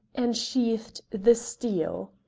and sheathed the steel.